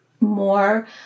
more